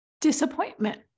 disappointment